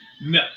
No